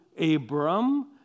Abram